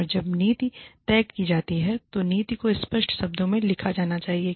और जब नीति तय की जाती है तो नीति को स्पष्ट शब्दों में लिखा जाना चाहिए